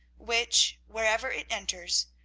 which, wherever it enters,